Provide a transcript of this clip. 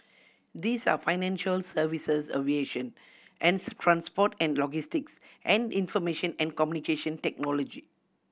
these are financial services aviation transport and logistics and information and Communication Technology